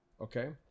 okay